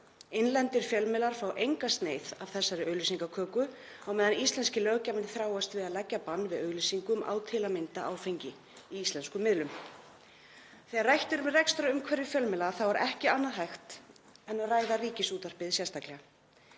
Innlendir fjölmiðlar fái enga sneið af þessari auglýsingaköku á meðan íslenski löggjafinn þráast við að leggja bann við auglýsingum til að mynda á áfengi í íslenskum miðlum. Þegar rætt er um rekstrarumhverfi fjölmiðla er ekki annað hægt en að ræða Ríkisútvarpið sérstaklega.